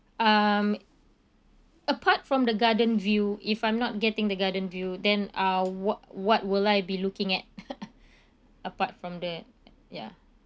um apart from the garden view if I'm not getting the garden view then uh what what will I be looking at apart from the ya